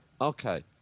okay